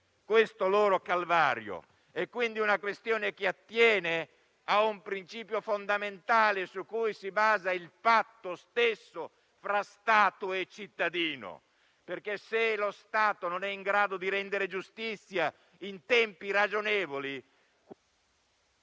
il loro calvario. È una questione che attiene a un principio fondamentale su cui si basa il patto stesso fra Stato e cittadino, perché se lo Stato non è in grado di rendere giustizia in tempi ragionevoli,